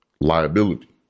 liability